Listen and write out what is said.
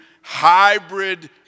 hybrid